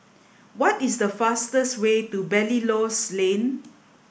what is the fastest way to Belilios Lane